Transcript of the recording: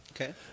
Okay